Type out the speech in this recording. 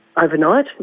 overnight